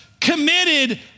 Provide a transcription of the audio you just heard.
committed